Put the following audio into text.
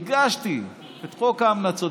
והגשתי את חוק ההמלצות.